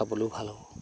খাবলৈও ভাল হ'ব